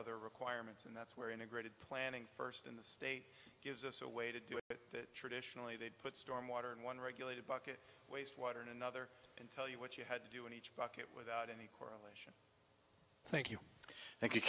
other requirements and that's where integrated planning first in the state gives us a way to do it that traditionally they'd put stormwater in one regulated bucket waste water and another and tell you what you had to do in each bucket without any or thank you thank you